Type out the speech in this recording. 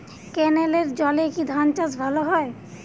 ক্যেনেলের জলে কি ধানচাষ ভালো হয়?